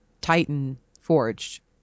titan-forged